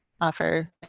offer